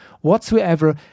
whatsoever